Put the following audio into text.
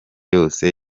yose